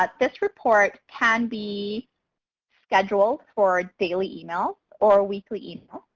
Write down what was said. but this report can be scheduled for daily emails or weekly emails.